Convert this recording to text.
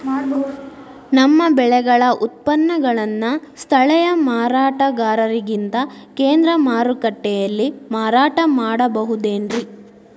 ನಮ್ಮ ಬೆಳೆಗಳ ಉತ್ಪನ್ನಗಳನ್ನ ಸ್ಥಳೇಯ ಮಾರಾಟಗಾರರಿಗಿಂತ ಕೇಂದ್ರ ಮಾರುಕಟ್ಟೆಯಲ್ಲಿ ಮಾರಾಟ ಮಾಡಬಹುದೇನ್ರಿ?